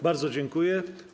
Bardzo dziękuję.